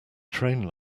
train